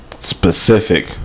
Specific